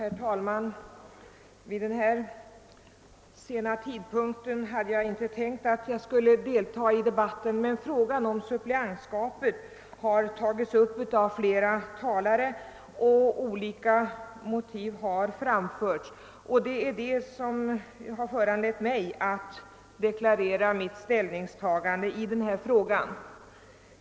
Herr talman! Vid den här sena tidpunkten hade jag inte tänkt delta i debatten. Frågan om suppleantskapet har emellertid tagits upp av flera talare, och olika motiv har framförts, vilket föranlett mig att deklarera mitt ställningstagande i frågan.